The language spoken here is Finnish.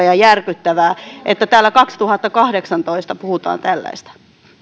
ja järkyttävää että täällä kaksituhattakahdeksantoista puhutaan tällaista